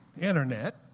internet